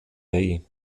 bay